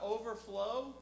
overflow